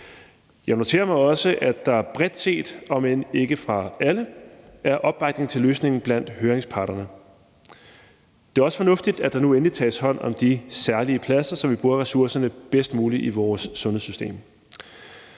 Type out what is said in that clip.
Jeg noterer mig også, at der bredt set, omend ikke fra alle, er opbakning til løsningen blandt høringsparterne. Det er også fornuftigt, at der nu endelig tages hånd om de særlige pladser, så vi bruger ressourcerne bedst muligt i vores sundhedssystem.